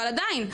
אבל עדיין,